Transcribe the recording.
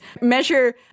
measure